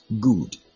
Good